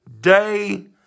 day